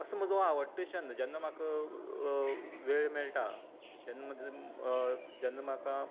असो म्हजो हो आवडटो छंद जेन्ना म्हाका वेळ मेळटा तेन्ना जेन्ना म्हाका